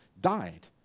died